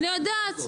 אני יודעת,